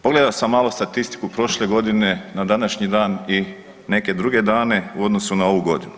Pogledao sam malo statistiku prošle godine na današnji dan i neke druge dane u odnosu na ovu godinu.